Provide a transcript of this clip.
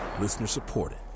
Listener-supported